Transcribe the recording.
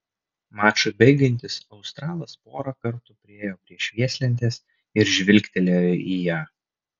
mačui baigiantis australas porą kartų priėjo prie švieslentės ir žvilgtelėjo į ją